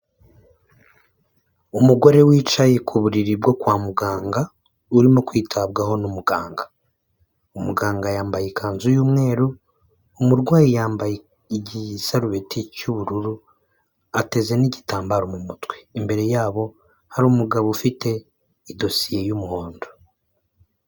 Umugore wicaye ku buriri bwo kwa muganga urimo kwitabwaho n'umuganga. Umuganga yambaye ikanzu y'umweru, umurwayi yambaye igisarubeti cy'ubururu ateze n'igitambaro mu mutwe. Imbere yabo hari umugabo ufite idosiye y'umuhondo.